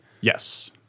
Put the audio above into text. Yes